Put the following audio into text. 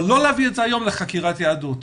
אבל לא להביא את זה היום לחקירת יהדות,